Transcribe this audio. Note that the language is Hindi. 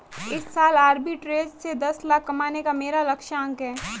इस साल आरबी ट्रेज़ से दस लाख कमाने का मेरा लक्ष्यांक है